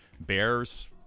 Bears